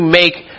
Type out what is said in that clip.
make